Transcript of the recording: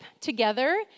together